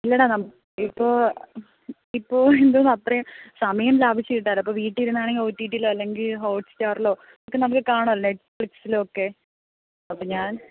ഇല്ലടാ നമുക്ക് ഇപ്പോൾ ഇപ്പോൾ എന്തോന്ന് അത്രയും സമയം ലാഭിച്ച് കിട്ടാലോ അപ്പം വീട്ടിലിരുന്ന് ആണെങ്കിൽ ഓ റ്റീ റ്റീ യിലോ അല്ലെങ്കിൽ ഹോട്ട്സ്റ്റാർലോ ഒക്കെ നമുക്ക് കാണാമല്ലോ നെറ്റ്ഫ്ലിക്സിലോ ഒക്കെ അപ്പം ഞാൻ